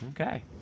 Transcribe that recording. Okay